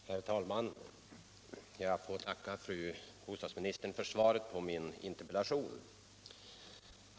Herr talman! Jag tackar fru bostadsministern för svaret på min interpellation.